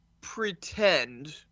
pretend